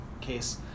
case